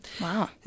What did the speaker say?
Wow